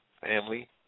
family